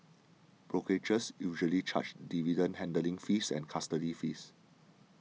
brokerages usually charge dividend handling fees and custody fees